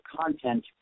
content